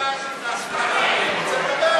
ראש השדולה להעסקת חרדים רוצה לדבר.